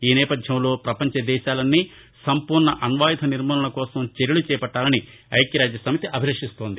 ఈ నేపధ్యంలో ప్రపంచ దేశాలన్ని సంపూర్ణ అణ్వాయుధ నిర్మూలకోసం చర్యలు చేపట్టాలని ఐక్యరాజ్యసమితి అభిలషిస్తోంది